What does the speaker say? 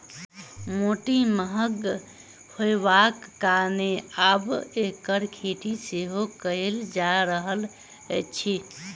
मोती महग होयबाक कारणेँ आब एकर खेती सेहो कयल जा रहल अछि